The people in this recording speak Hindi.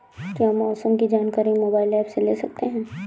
क्या मौसम की जानकारी मोबाइल ऐप से ले सकते हैं?